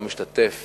לא משתתף